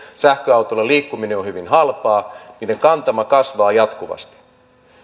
sähköautolla liikkuminen on hyvin halpaa niiden kantama kasvaa jatkuvasti